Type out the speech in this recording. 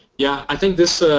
yeah i think this